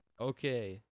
Okay